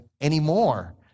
anymore